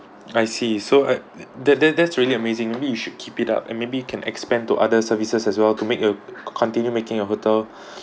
I see so I that that that's really amazing I mean you should keep it up and maybe you can expand to other services as well to make a continue making your hotel